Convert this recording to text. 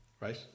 right